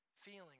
feeling